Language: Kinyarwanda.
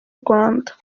rwanda